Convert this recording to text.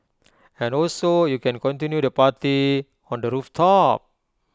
and also you can continue the party on the rooftop